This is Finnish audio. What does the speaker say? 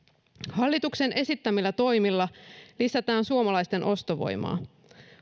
hallituksen esittämillä toimilla lisätään suomalaisten ostovoimaa